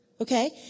okay